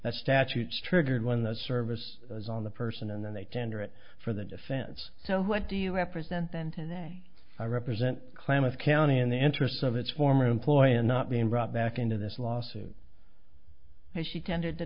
that statutes triggered when that service was on the person and then they tender it for the defense so what do you represent then today i represent klamath county in the interests of its former employer not being brought back into this lawsuit as she tended t